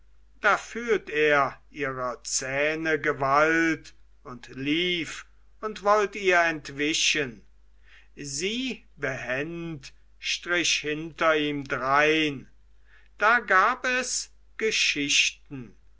da fühlt er ihrer zähne gewalt und lief und wollt ihr entweichen sie behend strich hinter ihm drein da gab es geschichten ein